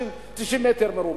90 מטר מרובע.